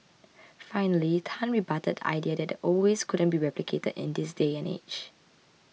finally Tan rebutted the idea that the old ways couldn't be replicated in this day and age